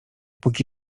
póki